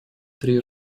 три